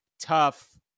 tough